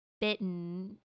bitten